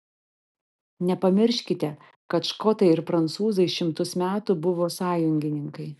nepamirškite kad škotai ir prancūzai šimtus metų buvo sąjungininkai